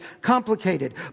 complicated